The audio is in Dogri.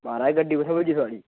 महाराज गड्डी कुत्थें पुज्जी थुआढ़ी